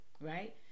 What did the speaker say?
right